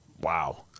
Wow